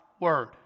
word